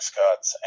cuts